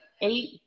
eight